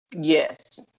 Yes